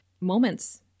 moments